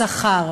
השכר.